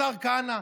השר כהנא,